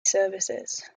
services